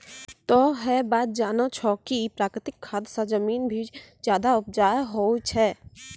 तोह है बात जानै छौ कि प्राकृतिक खाद स जमीन भी ज्यादा उपजाऊ होय छै